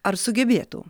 ar sugebėtų